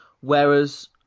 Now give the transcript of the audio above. whereas